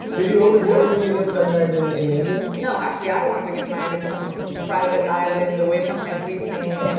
did you always know you were gonna get married in in india? no. actually i wanted to get married in some private island away from everything. and